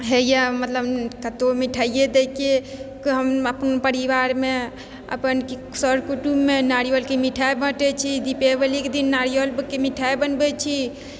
हैय मतलब कत्तौ मिठाइए दैय के तऽ हम अपन परिवारमे अपन सर कुटुम्बमे नारियलके मिठाइ बँटै छी दीपावलीके दिन नारियलके मिठाइ बनबै छी